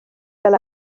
fel